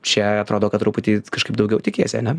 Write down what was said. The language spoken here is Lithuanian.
čia atrodo kad truputį kažkaip daugiau tikiesi ane